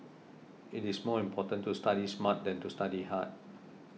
it is more important to study smart than to study hard